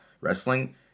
wrestling